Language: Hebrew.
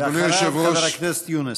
אחריו, חבר הכנסת יונס.